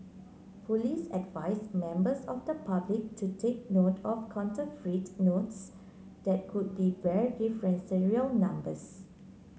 police advised members of the public to take note of counterfeit notes that could be bear different serial numbers